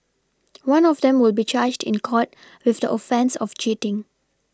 one of them will be charged in court with the offence of cheating